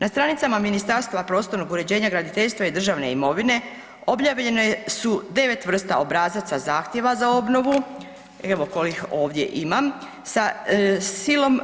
Na stranicama Ministarstva prostornog uređenja, graditeljstva i državne imovine objavljene su 9 vrsta obrazaca zahtjeva za obnovu, evo kojih ovdje imam, sa silom